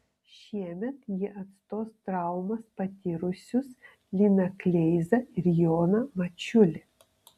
šiemet jie atstos traumas patyrusius liną kleizą ir joną mačiulį